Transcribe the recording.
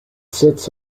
sits